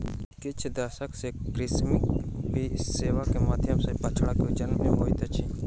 किछ दशक सॅ कृत्रिम वीर्यसेचन के माध्यम सॅ बछड़ा के जन्म होइत अछि